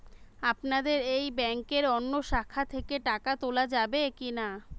আপনাদের এই ব্যাংকের অন্য শাখা থেকে টাকা তোলা যাবে কি না?